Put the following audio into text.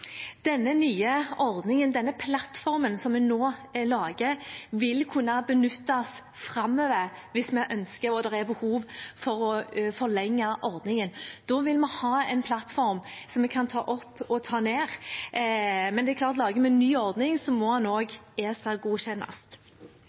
Denne nye ordningen, denne plattformen vi nå lager, vil kunne benyttes framover hvis vi ønsker det og det er behov for å forlenge ordningen. Da vil vi ha en plattform som vi kan ta opp og ta ned, men det er klart at lager vi en ny ordning, må